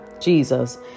Jesus